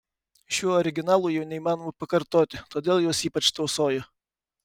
šių originalų jau neįmanoma pakartoti todėl juos ypač tausoju